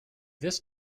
this